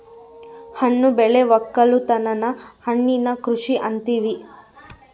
ಹಣ್ಣು ಬೆಳೆ ವಕ್ಕಲುತನನ ಹಣ್ಣಿನ ಕೃಷಿ ಅಂತಿವಿ